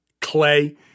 Clay